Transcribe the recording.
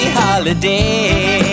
holiday